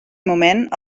moment